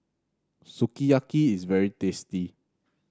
sukiyaki is very tasty